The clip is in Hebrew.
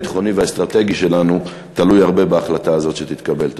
הביטחוני והאסטרטגי שלנו תלוי הרבה בהחלטה הזאת שתתקבל.